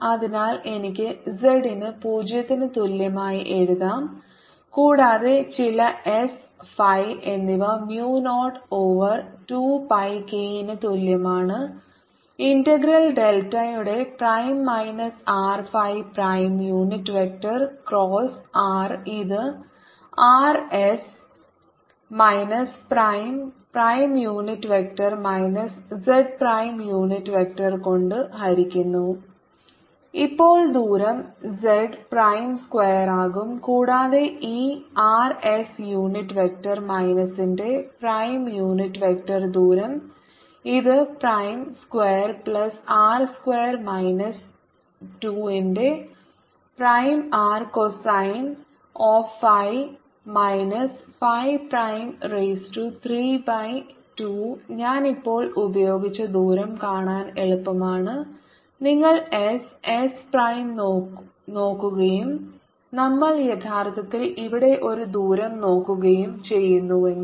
അതിനാൽ എനിക്ക് z ന് 0 ന് തുല്യമായി എഴുതാം കൂടാതെ ചില s phi എന്നിവ mu 0 ഓവർ 2 pi k ന് തുല്യമാണ് ഇന്റഗ്രൽ ഡെൽറ്റയുടെ prime minus R phi prime unit vector cross r ഇത് rs minus prime prime unit vector minus z prime z unit vector കൊണ്ട് ഹരിക്കുന്നു jrkδs Rrrsrsszz Bz0sϕ 0k2πs Rrs ss zzz2s2r2 2srcosϕ 32sdsdϕdz 0k2πrs Rs zzz2R2r2 2Rrcosϕ 32Rdϕdz ഇപ്പോൾ ദൂരം z prime സ്ക്വയറാകും കൂടാതെ ഈ R S unit vector മൈനസിന്റെ prime unit vector ദൂരം ഇത് prime square plus R square minus 2 ന്റെ prime R cosine of phi minus phi prime raise to 3 by 2 ഞാൻ ഇപ്പോൾ ഉപയോഗിച്ച ദൂരം കാണാൻ എളുപ്പമാണ് നിങ്ങൾ s s പ്രൈം നോക്കുകയും നമ്മൾ യഥാർത്ഥത്തിൽ ഇവിടെ ഒരു ദൂരം നോക്കുകയും ചെയ്യുന്നുവെങ്കിൽ